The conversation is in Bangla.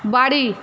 বাড়ি